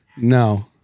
No